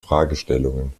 fragestellungen